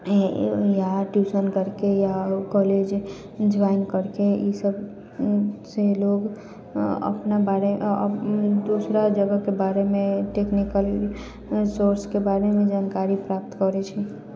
या ट्युशन करके या कॉलेज ज्वाइन करके ई सबसँ लोग अपना बारे दूसरा जगहके बारेमे टेक्निकल सोर्सके बारेमे जानकारी प्राप्त करै छै